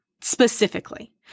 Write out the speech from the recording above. Specifically